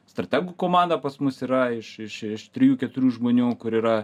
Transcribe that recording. strategų komanda pas mus yra iš iš iš trijų keturių žmonių kur yra